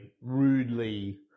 rudely